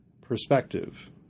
perspective